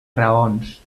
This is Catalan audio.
raons